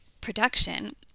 production